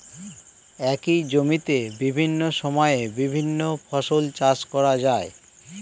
একই জমিতে বিভিন্ন সময়ে বিভিন্ন ফসল চাষ করা যায়